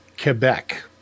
Quebec